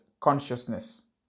consciousness